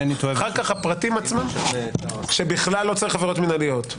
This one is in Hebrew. אחר כך הפרטים עצמם --------- שבכלל לא צריך עבירות מינהליות.